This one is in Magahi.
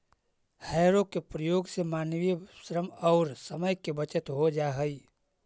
हौरो के प्रयोग से मानवीय श्रम औउर समय के बचत हो जा हई